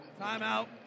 Timeout